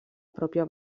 pròpia